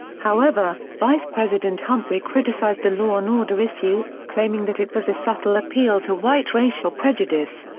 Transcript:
however, vice-president humphrey criticized the law and order issue, claiming that it was a subtle appeal to white racial prejudice.